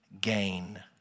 gain